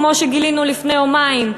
כמו שגילינו לפני יומיים,